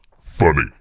funny